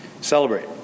celebrate